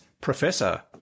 Professor